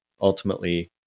ultimately